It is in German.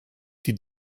die